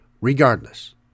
Regardless